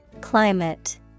Climate